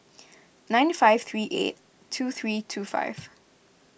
nine five three eight two three two five